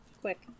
quick